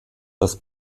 das